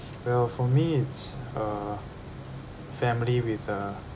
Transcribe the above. well for me it's uh family with uh